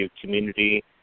community